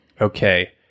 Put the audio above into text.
Okay